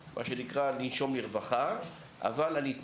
אבל עדיין